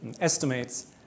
estimates